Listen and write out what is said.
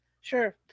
sure